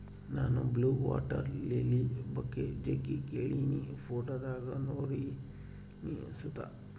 ನಾನು blue water lily ಬಗ್ಗೆ ಜಗ್ಗಿ ಕೇಳಿನಿ, ಫೋಟೋದಾಗ ನೋಡಿನಿ ಸುತ